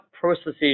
processes